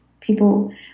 People